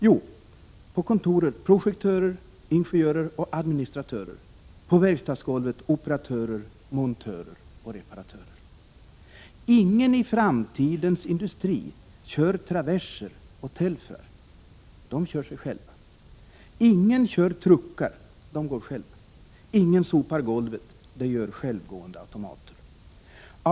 Jo, på kontor är det projektörer, ingenjörer och administratörer, och på verkstadsgolvet är det operatörer, montörer och reparatörer. Ingen i framtidens industri kör traverser och telfrar — de kör sig själva. Ingen kör truckar — de går själva. Ingen sopar golvet — det gör självgående automater.